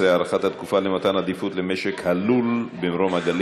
12) (הארכת התקופה למתן עדיפות למשק הלול במרום-הגליל),